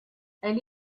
elle